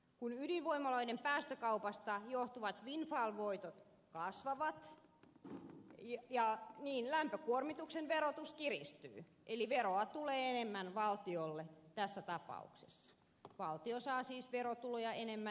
kun ydinvoimaloiden päästökaupasta johtuvat windfall voitot kasvavat niin lämpökuormituksen verotus kiristyy eli veroa tulee enemmän valtiolle tässä tapauksessa valtio saa siis verotuloja enemmän